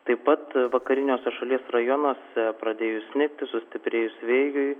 taip pat vakariniuose šalies rajonuose pradėjus snigti sustiprėjus vėjui